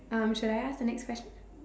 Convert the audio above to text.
um should I ask the next question